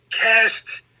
cast